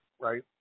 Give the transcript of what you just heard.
right